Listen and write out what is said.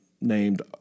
named